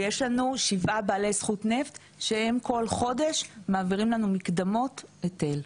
ויש לנו שבעה בעלי זכות נפט שהם בכל חודש מעבירים לנו מקדמות היטל.